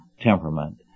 temperament